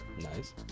Nice